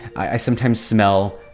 i sometimes smell,